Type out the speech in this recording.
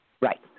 Right